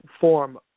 form